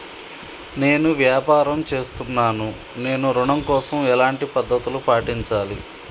నేను వ్యాపారం చేస్తున్నాను నేను ఋణం కోసం ఎలాంటి పద్దతులు పాటించాలి?